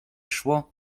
szło